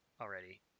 already